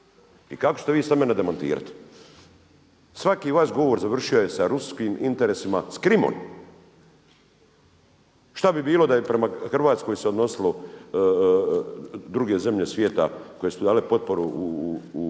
I kako ćete vi sad mene demantirati? Svaki vaš govor završio je sa ruskim interesima, s Krimom. Šta bi bilo da je prema Hrvatskoj se odnosilo druge zemlje svijete koje su tu dale potporu u Domovinskom